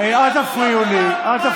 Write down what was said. אל תפריעו לי.